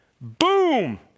boom